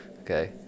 okay